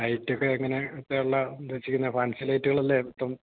ലൈറ്റൊക്കെ എങ്ങനെയാണ് ഇപ്പോഴെല്ലാം ഉദ്ദേശിക്കുന്നത് ഫാൻസി ലൈറ്റുകളല്ലേ മൊത്തം